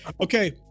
Okay